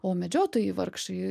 o medžiotojai vargšai